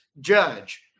judge